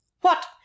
What